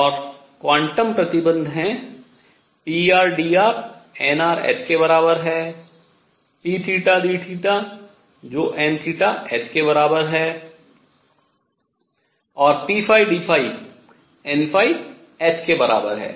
और क्वांटम प्रतिबन्ध हैं prdr nrh के बराबर है pdθ जो nh के बराबर है और pdϕ nh के बराबर है